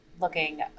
looking